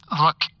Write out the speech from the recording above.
Look